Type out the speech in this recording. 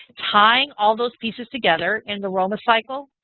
tying all those pieces together in the roma cycle,